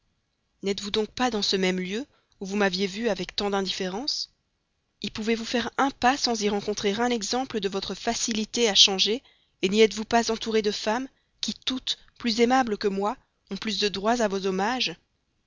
n'êtes-vous donc pas dans ce même lieu où vous m'aviez vue avec tant d'indifférence y pouvez-vous faire un pas sans y rencontrer un exemple de votre facilité à changer n'y êtes-vous pas entouré de femmes qui toutes plus aimables que moi ont plus de droits à vos hommages